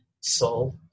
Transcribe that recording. soul